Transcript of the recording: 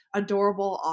adorable